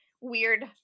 weird